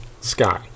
Sky